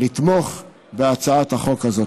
לתמוך בהצעת החוק הזו.